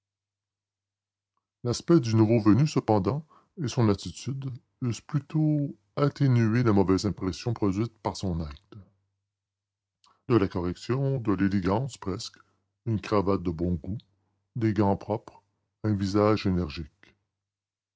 l'aspect du nouveau venu cependant et son attitude eussent plutôt atténué la mauvaise impression produite par son acte de la correction de l'élégance presque une cravate de bon goût des gants propres un visage énergique